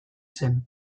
zen